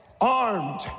armed